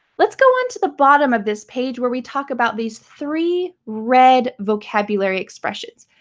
let's go on to the bottom of this page where we talk about these three red vocabulary expressions.